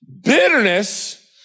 Bitterness